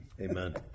Amen